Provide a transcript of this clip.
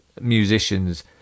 musicians